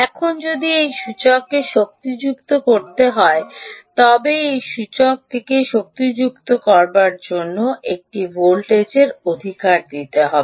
এখন যদি এই সূচককে শক্তিযুক্ত করতে হয় যদি এই সূচকটিকে শক্তিযুক্ত করতে হয় তবে এটি একটি ভোল্টেজ অধিকার দিতে হবে